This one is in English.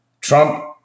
Trump